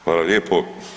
Hvala lijepo.